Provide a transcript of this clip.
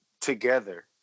together